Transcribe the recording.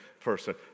person